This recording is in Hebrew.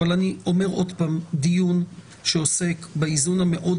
אבל אני אומר עוד פעם: דיון שעוסק באיזון המאוד